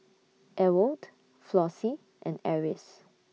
Ewald Flossie and Eris